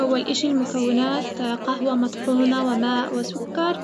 أول إشي المكونات قهوة مطحونة وماء وسكر